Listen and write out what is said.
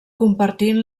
compartint